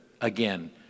Again